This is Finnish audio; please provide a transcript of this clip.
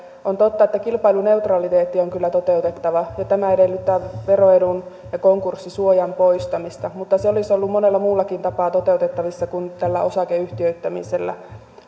on totta että kilpailuneutraliteetti on kyllä toteutettava ja tämä edellyttää veroedun ja konkurssisuojan poistamista mutta se olisi ollut monella muullakin tapaa toteutettavissa kuin nyt tällä osakeyhtiöittämisellä